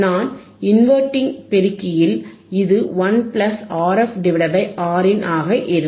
நான் இன்வெர்ட்டிங் பெருக்கியில் இது 1 Rf Rin ஆக இருக்கும்